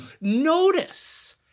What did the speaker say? Notice